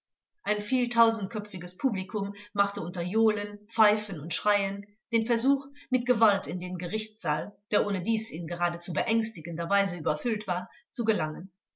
ein vieltausendköpfiges publikum machte unter johlen pfeifen und schreien den versuch mit gewalt in den gerichtssaal der ohnedies in geradezu beängstigender weise überfüllt war zu gelangen